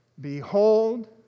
Behold